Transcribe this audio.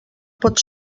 pot